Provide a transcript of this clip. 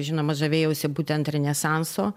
žinoma žavėjausi būtent renesanso